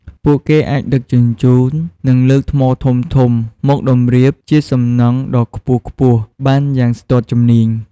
ពួកគេអាចដឹកជញ្ជូន និងលើកថ្មធំៗមកតម្រៀបជាសំណង់ដ៏ខ្ពស់ៗបានយ៉ាងស្ទាត់ជំនាញ។